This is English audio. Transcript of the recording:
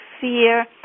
fear